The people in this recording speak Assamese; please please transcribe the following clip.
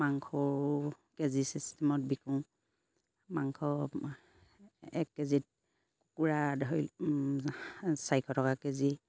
মাংসও কেজি চিষ্টেমত বিকোঁ মাংস এক কেজিত কুকুৰা ধৰি চাৰিশ টকা কেজিত বিকো